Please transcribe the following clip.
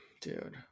dude